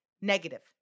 negative